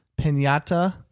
pinata